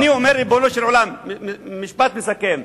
משפט מסכם.